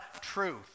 truth